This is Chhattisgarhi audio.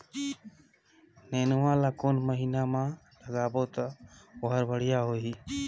नेनुआ ला कोन महीना मा लगाबो ता ओहार बेडिया होही?